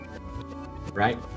right